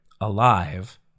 Alive